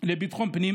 לביטחון פנים,